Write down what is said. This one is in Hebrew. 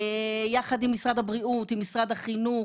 יחד עם משרד הבריאות, עם משרד החינוך,